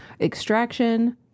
Extraction